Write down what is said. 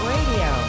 Radio